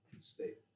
State